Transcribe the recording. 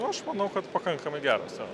nu aš manau kad pakankamai geros jo